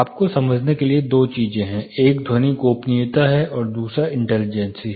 आपको समझने के लिए दो चीजें हैं एक ध्वनि गोपनीयता है और दूसरा इंटेलीजेंसी है